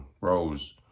Rose